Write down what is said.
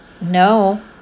no